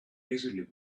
easily